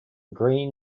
green